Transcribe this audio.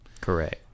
Correct